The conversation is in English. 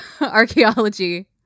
archaeology